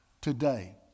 today